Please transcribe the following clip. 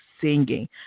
singing